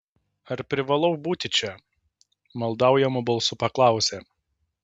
ar privalau būti čia maldaujamu balsu paklausė